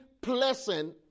pleasant